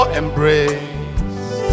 embrace